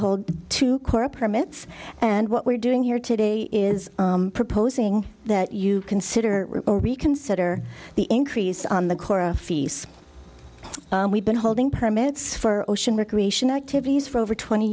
hold two core permits and what we're doing here today is proposing that you consider a reconsider the increase on the core fees we've been holding permits for ocean recreation activities for over twenty